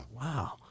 wow